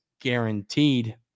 guaranteed